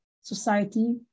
society